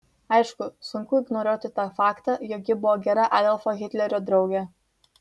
aišku sunku ignoruoti tą faktą jog ji buvo gera adolfo hitlerio draugė